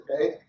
okay